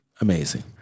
amazing